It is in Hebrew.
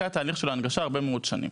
מה שתקע את הליך ההנגשה למשך הרבה מאוד שנים.